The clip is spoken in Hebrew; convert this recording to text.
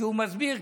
שהוא מסביר.